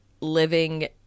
living